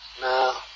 Now